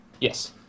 yes